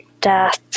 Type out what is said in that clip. death